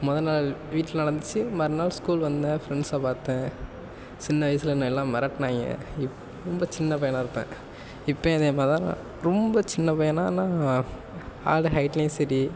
முத நாள் வீட்டில நடந்துச்சு மறுநாள் ஸ்கூல் வந்தேன் ஃப்ரெண்ட்ஸை பார்த்தேன் சின்ன வயசில் என்ன எல்லாம் மிரட்னாய்ங்க இப் ரொம்ப சின்ன பையனாக இருப்பேன் இப்பயும் அதேமாதிரி தான் ரொம்ப சின்ன பையன் தான் ஆனால் ஆள் ஹைட்லையும் சரி